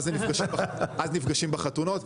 ואז הם נפגשים בחתונות.